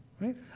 right